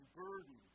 burden